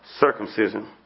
circumcision